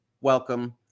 welcome